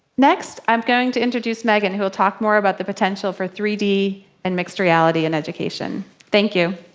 next, i'm going to introduce megan who will talk more about the potential for three d and mixed reality in education. thank you.